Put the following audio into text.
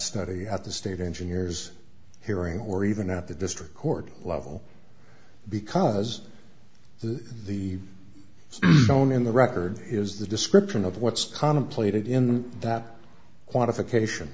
study at the state engineers hearing or even at the district court level because the phone in the record is the description of what's contemplated in that quantification